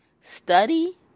Study